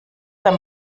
beim